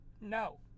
No